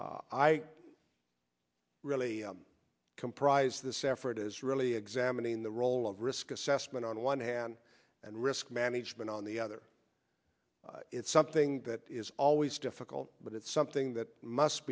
s i really comprise this and it is really examining the role of risk assessment on one hand and risk management on the other it's something that is always difficult but it's something that must